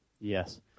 Yes